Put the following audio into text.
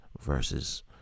versus